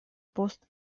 post